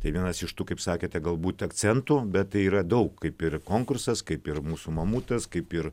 tai vienas iš tų kaip sakėte galbūt akcentų bet tai yra daug kaip ir konkursas kaip ir mūsų mamutas kaip ir